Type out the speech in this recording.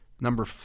number